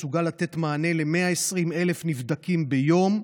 מסוגל לתת מענה ל-120,000 נבדקים ביום,